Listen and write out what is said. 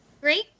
great